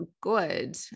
good